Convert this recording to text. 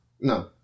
No